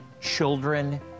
children